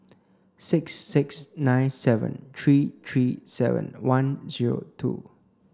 six six nine seven three three seven one zero two